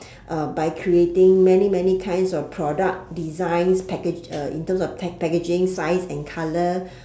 uh by creating many many kinds of product designs package uh in terms of packaging size and colour